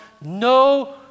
no